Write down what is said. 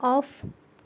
off